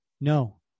No